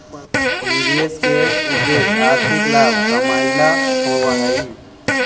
निवेश के उद्देश्य आर्थिक लाभ कमाएला होवऽ हई